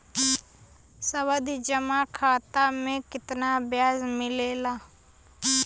सावधि जमा खाता मे कितना ब्याज मिले ला?